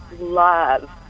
love